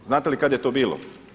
Znate li kada je to bilo?